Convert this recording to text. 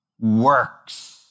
works